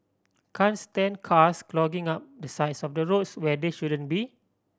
can't stand cars clogging up the sides of the roads where they shouldn't be